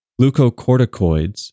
glucocorticoids